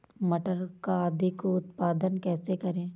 मटर का अधिक उत्पादन कैसे करें?